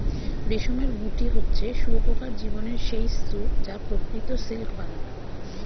রেশমের গুটি হচ্ছে শুঁয়োপোকার জীবনের সেই স্তুপ যা প্রকৃত সিল্ক বানায়